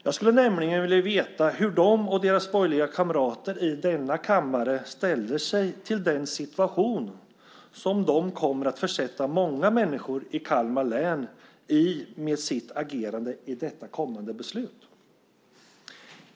Jag skulle nämligen vilja veta hur de och deras borgerliga kamrater i denna kammare ställer sig till den situation som de kommer att försätta många människor i Kalmar län i med sitt agerande i detta kommande beslut.